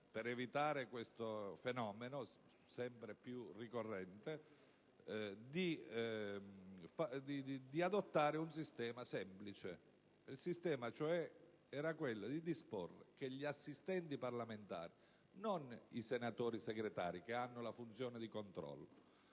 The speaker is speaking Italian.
per evitare questo fenomeno sempre più ricorrente, di adottare un sistema semplice, cioè di disporre che gli assistenti parlamentari, e non i senatori Segretari (che hanno una funzione di controllo),